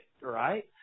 right